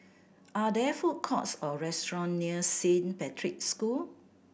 are there food courts or restaurant near Saint Patrick's School